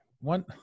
One